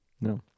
No